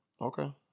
Okay